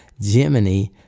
Gemini